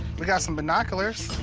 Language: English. we got some binoculars.